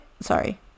sorry